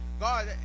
God